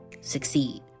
succeed